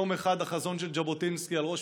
יום אחד החזון של ז'בוטינסקי על ראש